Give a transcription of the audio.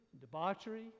debauchery